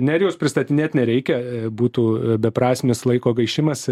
nerijaus pristatinėt nereikia e būtų beprasmis laiko gaišimas